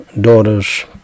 daughters